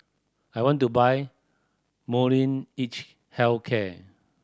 I want to buy Health Care